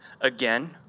again